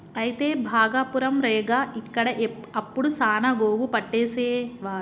అయితే భాగపురం రేగ ఇక్కడ అప్పుడు సాన గోగు పట్టేసేవారు